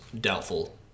Doubtful